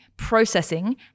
processing